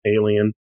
Alien